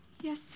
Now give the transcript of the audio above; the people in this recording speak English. Yes